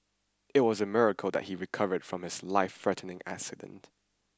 it was a miracle that he recovered from his lifethreatening accident